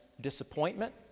disappointment